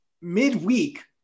midweek